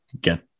get